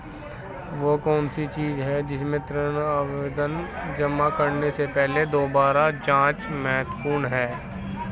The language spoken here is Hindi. वे कौन सी चीजें हैं जिन्हें ऋण आवेदन जमा करने से पहले दोबारा जांचना महत्वपूर्ण है?